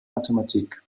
mathematik